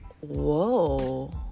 Whoa